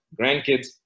grandkids